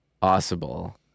possible